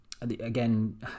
again